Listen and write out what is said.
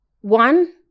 One